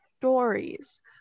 stories